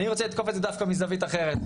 אני רוצה לתקוף את זה דווקא מזווית אחרת: